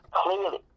clearly